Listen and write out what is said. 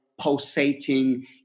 pulsating